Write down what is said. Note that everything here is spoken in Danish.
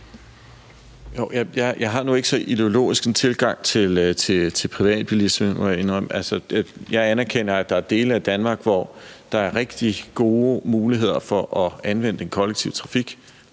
Jeg har nu ikke så ideologisk en tilgang til privatbilismen, må jeg indrømme. Jeg anerkender, at der er dele af Danmark, hvor der er rigtig gode muligheder for at anvende den kollektive trafik.